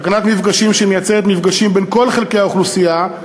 תקנת מפגשים שמייצרת מפגשים בין כל חלקי האוכלוסייה,